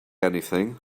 anything